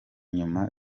nyuma